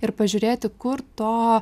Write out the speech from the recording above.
ir pažiūrėti kur to